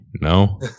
no